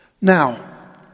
Now